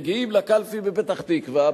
עבורו לגור בפתח-תקווה,